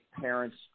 parents